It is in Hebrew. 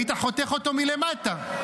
היית חותך אותו מלמטה.